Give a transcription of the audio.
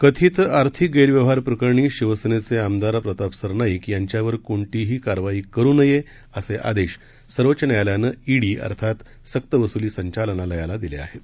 कथितआर्थिकगैरव्यवहारप्रकरणीशिवसेनेचेआमदारप्रतापसरनाईकयांच्यावरकोणतीहीकारवाईकरूनये असेआदेशसर्वोच्चन्यायालयानंईडीअर्थातसक्तवसुलीसंचनालयालादिलेआहेत